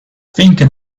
thinking